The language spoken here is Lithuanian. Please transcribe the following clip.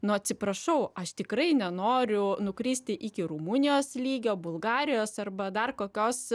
nu atsiprašau aš tikrai nenoriu nukristi iki rumunijos lygio bulgarijos arba dar kokios